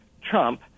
trump